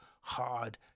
hard